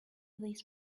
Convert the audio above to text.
this